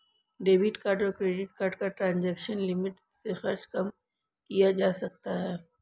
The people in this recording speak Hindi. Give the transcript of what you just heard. डेबिट कार्ड और क्रेडिट कार्ड का ट्रांज़ैक्शन लिमिट से खर्च कम किया जा सकता है